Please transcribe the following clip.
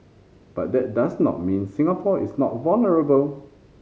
but that does not mean Singapore is not vulnerable